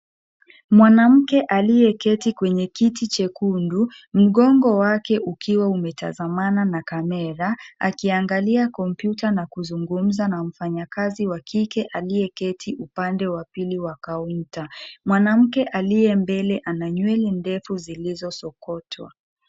Mwanamke aliyeketi kwenye kiti chekundu, mgongo wake ukiwa umetazamana na kamera, akiangalia kompyuta na kuzungumza na mfanyakazi wa kike aliyeketi upande wa pili wa kaunta. Mwanamke aliye mbele ana nywele ndefu zilizosokotwa.